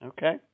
Okay